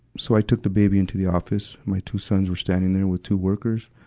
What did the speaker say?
so i took the baby into the office. my two sons were standing there with two workers.